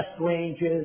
ranges